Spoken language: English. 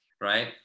Right